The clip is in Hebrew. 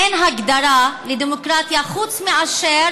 אין הגדרה לדמוקרטיה חוץ מאשר